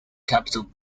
capital